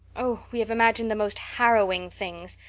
oh, we have imagined the most harrowing things.